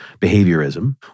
behaviorism